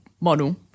model